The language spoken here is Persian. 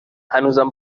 هنوزم